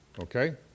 okay